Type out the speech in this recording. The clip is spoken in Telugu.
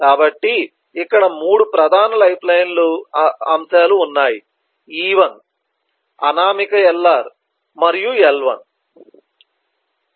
కాబట్టి ఇక్కడ 3 ప్రధాన లైఫ్లైన్ అంశాలు ఉన్నాయి E1 అనామక LR మరియు L1